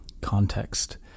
context